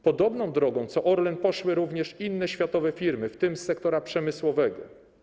Podobną drogą co Orlen poszły również inne światowe firmy, w tym z sektora przemysłowego.